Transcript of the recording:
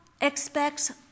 expects